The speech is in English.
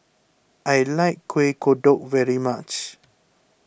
I like Kuih Kodok very much